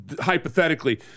hypothetically